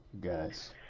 guys